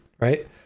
right